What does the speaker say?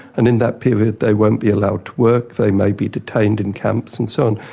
and in that period, they won't be allowed to work, they may be detained in camps and so on.